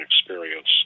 experience